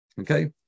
Okay